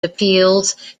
appeals